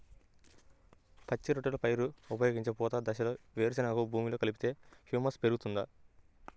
పచ్చి రొట్టెల పైరుగా ఉపయోగించే పూత దశలో వేరుశెనగను భూమిలో కలిపితే హ్యూమస్ పెరుగుతుందా?